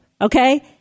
okay